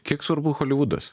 kiek svarbu holivudas